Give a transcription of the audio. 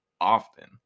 often